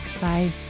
Bye